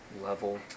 level